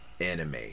anime